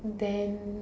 then